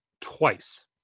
twice